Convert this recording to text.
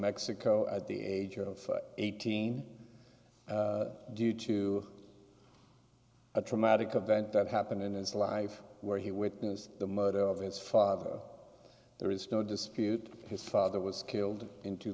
mexico at the age of eighteen due to a traumatic event that happened in his life where he witnessed the murder of his father there is no dispute his father was killed in two